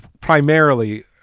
primarily